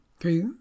Okay